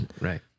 Right